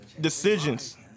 decisions